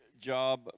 job